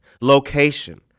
Location